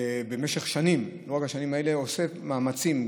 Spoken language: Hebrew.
במשך שנים עושה מאמצים,